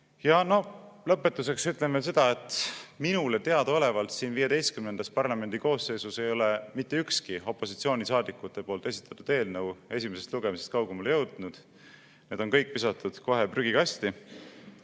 Lõpetuseks ütlen veel seda, et minule teadaolevalt XV parlamendi koosseisus ei ole mitte ükski opositsioonisaadikute esitatud eelnõu esimesest lugemisest kaugemale jõudnud, need kõik on visatud kohe prügikasti.